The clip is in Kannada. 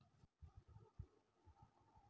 ಹೆಡ್ಜ್ ಫಂಡ್ ನ ಮಾಡ್ಲಿಕ್ಕೆ ಏನ್ ವಿಧಾನಗಳದಾವು?